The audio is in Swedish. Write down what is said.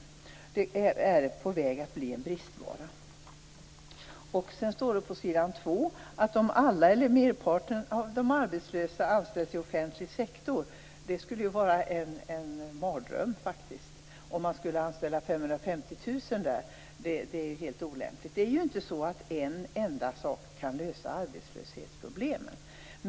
Sjuksköterskor är på väg att bli en bristvara. Det skulle ju vara en mardröm om man anställde 550 000 där. Det är helt olämpligt. Det är ju inte så att en enda sak kan lösa arbetslöshetsproblemen.